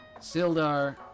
Sildar